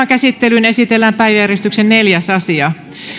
käsittelyyn esitellään päiväjärjestyksen neljäs asia